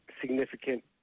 significant